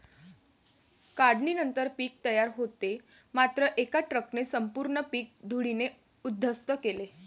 काढणीनंतर पीक तयार होते मात्र एका ट्रकने संपूर्ण पीक धुळीने उद्ध्वस्त केले